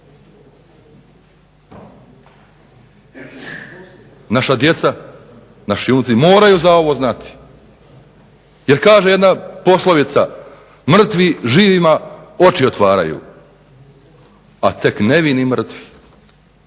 Naša djeca, naši unuci moraju za ovo znati jer kaže jedna poslovica mrtvi živima oči otvaraju, a tek nevini mrtvi.